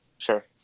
Sure